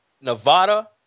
Nevada